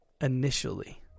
initially